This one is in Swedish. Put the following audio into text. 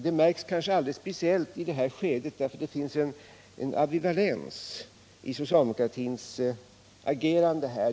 Det märks kanske alldeles speciellt i detta skede därför att det finns en ambivalens i socialdemokratins agerande.